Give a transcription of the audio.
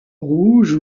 rouges